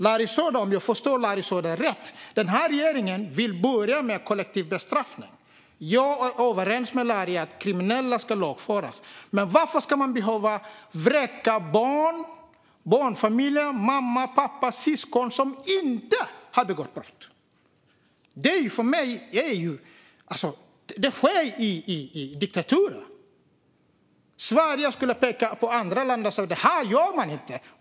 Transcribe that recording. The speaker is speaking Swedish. Men om jag förstår Larry Söder rätt vill regeringen börja med kollektiv bestraffning. Jag är överens med Larry Söder om att kriminella ska lagföras. Men varför ska syskon, mamma och pappa som inte har begått brott vräkas? Sådant sker i diktaturer, och då pekar Sverige på dem och säger att så gör man inte.